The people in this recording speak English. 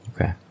Okay